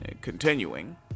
Continuing